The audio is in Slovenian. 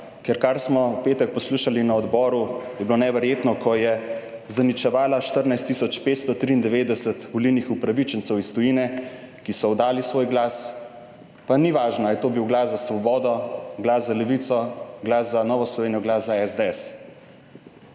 ker kar smo v petek poslušali na odboru, je bilo neverjetno, ko je zaničevala 14 tisoč 593 volilnih upravičencev iz tujine, ki so oddali svoj glas, pa ni važno ali je to bil glas za Svobodo, glas za Levico, glas za Novo Slovenijo, glas za SDS.